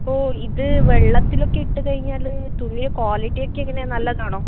ഇപ്പോൾ ഇത് വെള്ളത്തിലൊക്കെ ഇട്ടു കഴിഞ്ഞാൽ തുണിയുടെ ക്വാളിറ്റിയൊക്കെ എങ്ങനെ നല്ലതാണോ